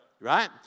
Right